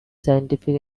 scientific